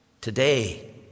Today